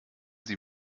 sie